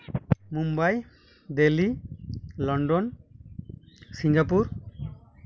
Mumbai Delhi London Singapore